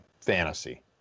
fantasy